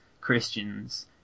Christians